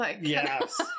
Yes